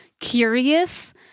curious